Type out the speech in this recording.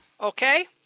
Okay